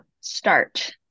start